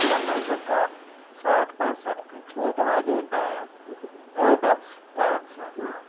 کم از کم ساٹھ پرسنٹ کی چھوٹ والے نئے پروڈکٹس کون سے ہیں